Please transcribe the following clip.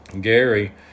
Gary